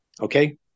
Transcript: Okay